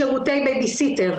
שירותי בייביסיטר.